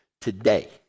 today